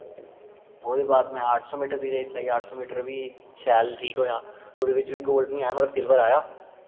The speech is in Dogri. ओह्दे बाद में अठ सौ मीटर दी रेस लाई अट्ठ सौ मीटर बी शैल ठीक होआ ओह्दे बिच्च बी गोल्ड नेईं आया पर सिलवर आया